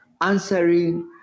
answering